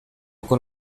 con